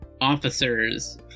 officers